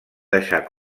deixar